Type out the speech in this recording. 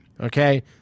Okay